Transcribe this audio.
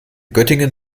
göttingen